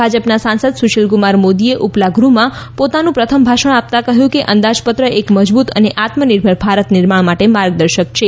ભાજપના સાંસદ સુશીલ કુમાર મોદીએ ઉપલા ગૃહમાં પોતાનું પ્રથમ ભાષણ આપતાં કહ્યું કે અંદાજપત્ર એક મજબૂત અને આત્મનિર્ભર ભારત નિર્માણ માટે માર્ગદર્શક છે